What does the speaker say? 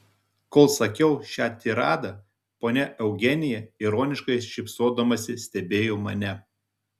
kol sakiau šią tiradą ponia eugenija ironiškai šypsodamasi stebėjo mane